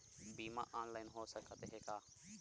बीमा ऑनलाइन हो सकत हे का?